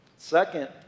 Second